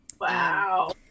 Wow